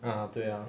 ah 对 ah